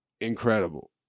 incredible